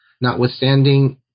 notwithstanding